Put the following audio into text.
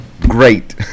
Great